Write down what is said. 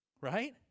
Right